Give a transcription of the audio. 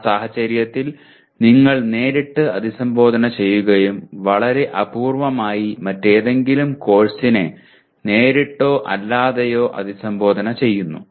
ആ സാഹചര്യത്തിൽ നിങ്ങൾ നേരിട്ട് അഭിസംബോധന ചെയ്യുകയും വളരെ അപൂർവ്വമായി മറ്റേതെങ്കിലും കോഴ്സിനെ നേരിട്ടോ അല്ലാതെയോ അഭിസംബോധന ചെയ്യുന്നു